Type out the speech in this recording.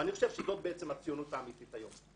אני חושב שזאת בעצם הציונות האמיתית היום.